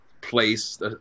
place